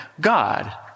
God